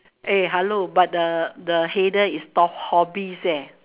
eh hello but the the header is talk hobbies eh